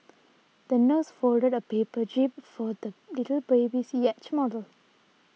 the nurse folded a paper jib for the little boy's yacht model